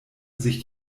sich